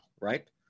right